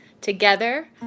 Together